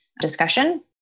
discussion